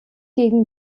gegen